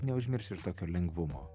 neužmiršt ir tokio lengvumo